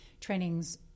trainings